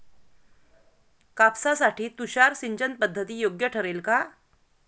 कापसासाठी तुषार सिंचनपद्धती योग्य ठरेल का?